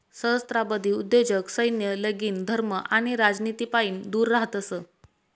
सहस्त्राब्दी उद्योजक सैन्य, लगीन, धर्म आणि राजनितीपाईन दूर रहातस